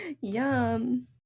Yum